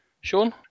Sean